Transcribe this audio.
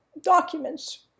documents